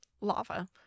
lava